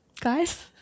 guys